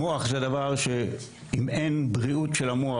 מוח זה דבר שאם אין בריאות של המוח,